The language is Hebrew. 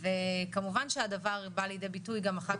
גם בשטח,